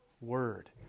word